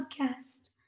podcast